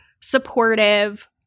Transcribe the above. supportive